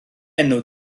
enw